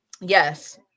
Yes